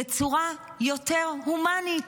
בצורה יותר הומנית.